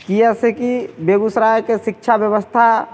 किएक से कि बेगूसरायके शिक्षा बेबस्था